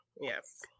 Yes